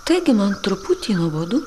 taigi man truputį nuobodu